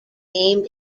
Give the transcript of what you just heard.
named